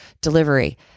delivery